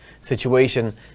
situation